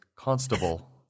constable